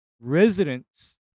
residents